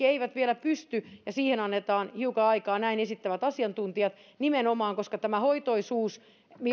eivät vielä pysty ja siihen annetaan hiukan aikaa näin esittävät nimenomaan asiantuntijat koska tämä hoitoisuus